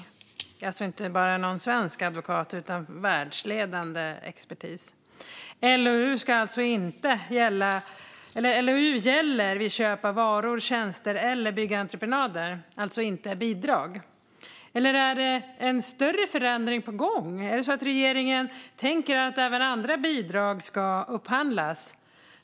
Det är alltså inte bara någon svensk advokat som sagt det, utan det är världsledande expertis. LOU gäller vid köp av varor, tjänster eller byggentreprenader, alltså inte bidrag. Eller är det en större förändring på gång? Är det så att regeringen tänker att även andra bidrag ska upphandlas?